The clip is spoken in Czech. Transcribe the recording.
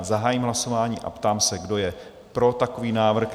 Zahajuji hlasování a ptám se, kdo je pro takový návrh?